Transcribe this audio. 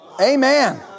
Amen